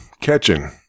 Catching